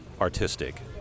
artistic